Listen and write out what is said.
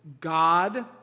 God